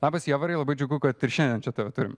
labas jovarai labai džiugu kad ir šiandien čia tave turime